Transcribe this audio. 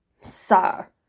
Sir